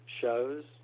shows